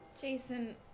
Jason